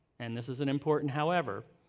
and this is an important however,